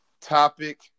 topic